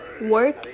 work